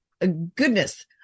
goodness